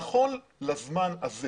נכון לזמן הזה